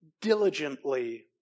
diligently